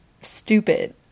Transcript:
stupid